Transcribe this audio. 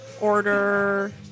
order